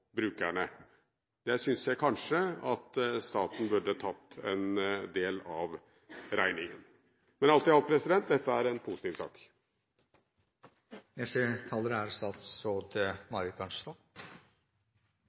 brukerne. Der syns jeg kanskje at staten burde tatt en del av regningen. Men alt i alt er dette en positiv sak. Jeg skal være nokså kort, men vil bare si at jeg er